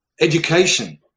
education